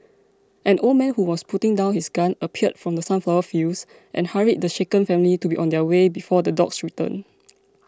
an old man who was putting down his gun appeared from the sunflower fields and hurried the shaken family to be on their way before the dogs return